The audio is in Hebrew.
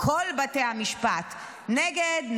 כל בתי המשפט, נגד,